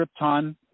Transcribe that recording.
Krypton –